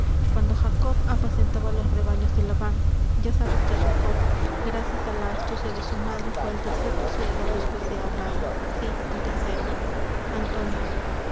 cuando jacob apacentaba los rebaños de laban ya sabes que jacob gracias á la astucia de su madre fué el tercer poseedor despues de abraham sí el tercero antonio